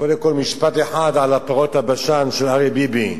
קודם כול, משפט אחד על פרות הבשן של אריה ביבי.